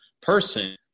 person